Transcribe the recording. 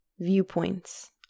viewpoints